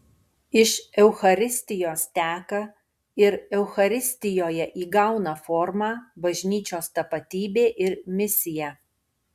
iš eucharistijos teka ir eucharistijoje įgauna formą bažnyčios tapatybė ir misija